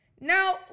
Now